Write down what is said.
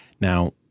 Now